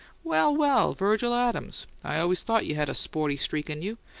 well, well, virgil adams! i always thought you had a sporty streak in you.